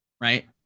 right